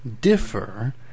differ